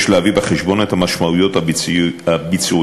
יש להביא בחשבון את המשמעויות הביצועיות,